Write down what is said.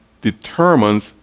determines